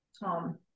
Tom